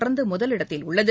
தொடர்ந்து முதலிடத்தில் உள்ளது